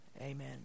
amen